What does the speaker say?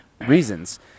reasons